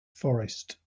forest